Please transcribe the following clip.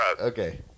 Okay